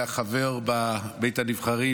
היה חבר בבית הנבחרים,